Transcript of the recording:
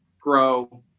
grow